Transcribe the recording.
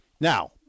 Now